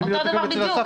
אותו דבר בדיוק.